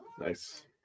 Nice